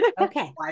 Okay